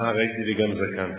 נער הייתי וגם זקנתי.